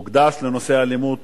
הוקדש לנושא אלימות